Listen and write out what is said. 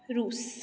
रूस